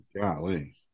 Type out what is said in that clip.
Golly